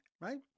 right